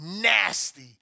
Nasty